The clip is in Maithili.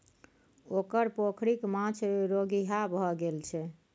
ओकर पोखरिक माछ रोगिहा भए गेल छै